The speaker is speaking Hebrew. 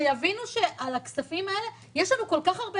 שיבינו שעל הכספים האלה יש לנו כל כך הרבה